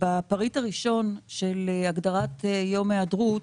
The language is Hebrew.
בפריט הראשון של הגדרת יום היעדרות